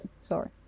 sorry